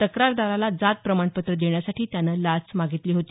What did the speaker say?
तक्रारदाराला जात प्रमाणपत्र देण्यासाठी त्यानं लाच मागितली होती